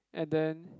and then